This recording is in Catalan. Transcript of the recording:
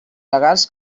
legals